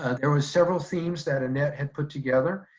and there was several themes that annette had put together.